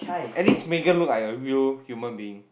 at least Megan look like a real human being